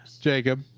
Jacob